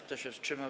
Kto się wstrzymał?